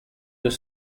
deux